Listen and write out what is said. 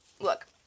look